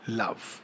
love